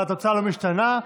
אבל התוצאה לא משתנה.